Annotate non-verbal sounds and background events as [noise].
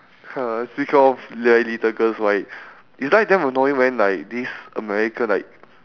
[laughs] speak off very little girls right it's like damn annoying when like this american like